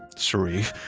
sharif,